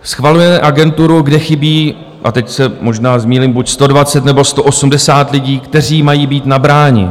Schvalujeme agenturu, kde chybí a teď se možná zmýlím buď 120, nebo 180 lidí, kteří mají být nabráni.